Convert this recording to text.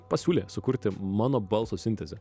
pasiūlė sukurti mano balso sintezę